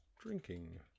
drinking